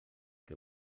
que